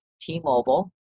T-Mobile